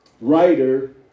writer